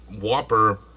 Whopper